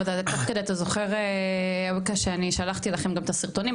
אבל תוך כדי אתה זוכר שאני שלחתי לכם גם את הסרטונים,